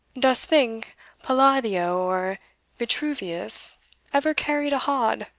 dost think palladio or vitruvius ever carried a hod?